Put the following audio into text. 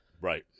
right